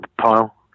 pile